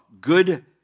good